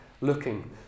looking